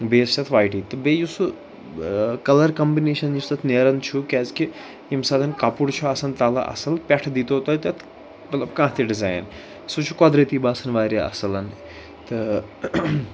بیٚیہِ ٲسۍ تتھ وایٹٕے تہٕ بیٚیہِ یُس سُہ ٲں کَلَر کَمبِنیشَن یُس تَتھ نیران چھُ کیٛازِِکہِ ییٚمہِ ساتہٕ کَپُر چھُ آسان تَلہٕ اصٕل پٮ۪ٹھہٕ دِیٖتو تُہۍ تَتھ مطلب کانٛہہ تہِ ڈِزاین سُہ چھُ قۄدرٔتی باسان واریاہ اصٕل تہٕ